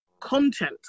content